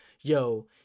yo